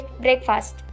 breakfast